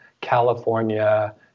California